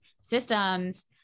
systems